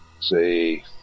say